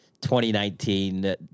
2019